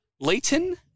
Leighton